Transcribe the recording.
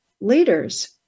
leaders